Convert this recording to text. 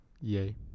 Yay